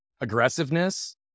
aggressiveness